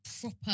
proper